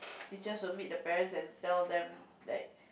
teachers will meet the parents and tell them like